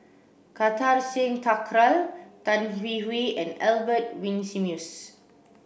Kartar Singh Thakral Tan Hwee Hwee and Albert Winsemius